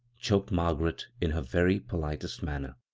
choked margaret, in her very politest manner